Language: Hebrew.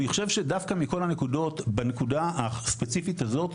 אני חושב שדווקא מכל הנקודות בנקודה הספציפית הזאת,